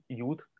youth